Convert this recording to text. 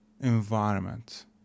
environment